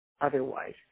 otherwise